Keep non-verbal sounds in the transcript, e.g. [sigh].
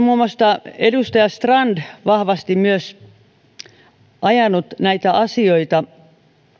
[unintelligible] muun muassa edustaja strand vahvasti ajanut näitä asioita